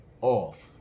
off